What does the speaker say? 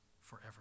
forever